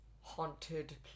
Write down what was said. haunted